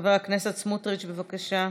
חבר הכנסת סמוטריץ', בבקשה.